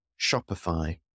Shopify